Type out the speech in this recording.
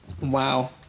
Wow